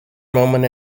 moment